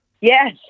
Yes